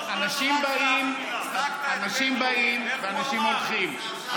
אנשים באים ואנשים הולכים,